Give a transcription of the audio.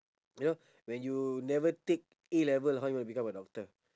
you know when you never take A-level how you wanna become a doctor